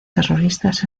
terroristas